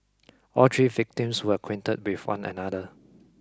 all three victims were acquainted with one another